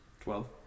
Twelve